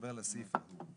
במקרים מסוימים